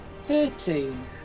thirteen